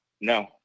No